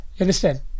understand